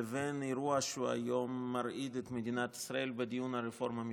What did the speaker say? לבין האירוע שהיום מרעיד את מדינת ישראל בדיון על הרפורמה המשפטית.